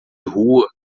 rua